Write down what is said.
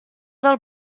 del